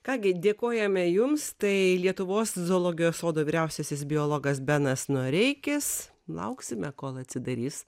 ką gi dėkojame jums tai lietuvos zoologijos sodo vyriausiasis biologas benas noreikis lauksime kol atsidarys